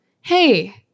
hey